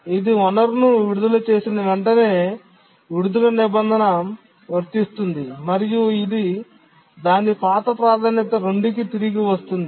ఇది వనరును విడుదల చేసిన వెంటనే విడుదల నిబంధన వర్తిస్తుంది మరియు ఇది దాని పాత ప్రాధాన్యత 2 కి తిరిగి వస్తుంది